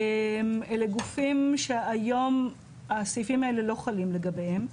אלו גופים שהיום הסעיפים האלו לא חלים לגביהם,